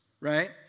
right